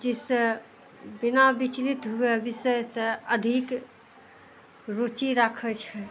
जिससे बिना विचलित हुए विषयसँ अधिक रुचि राखय छै